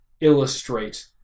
illustrate